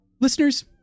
Listeners